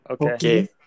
Okay